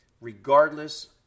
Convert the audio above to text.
regardless